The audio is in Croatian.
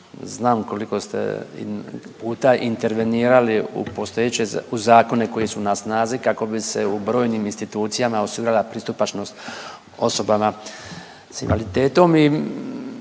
znam koliko ste puta intervenirali u postojeće u zakone koji su na snazi kako bi se u brojnim institucijama osigurala pristupačnost osobama s invaliditetom